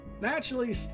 naturally